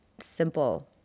simple